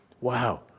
Wow